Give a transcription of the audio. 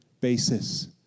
basis